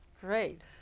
Great